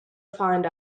find